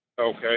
Okay